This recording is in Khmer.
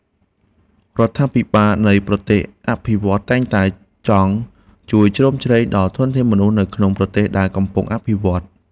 រដ្ឋាភិបាលនៃប្រទេសអភិវឌ្ឍន៍តែងតែចង់ជួយជ្រោមជ្រែងដល់ធនធានមនុស្សនៅក្នុងប្រទេសដែលកំពុងអភិវឌ្ឍ។